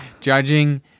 Judging